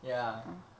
ya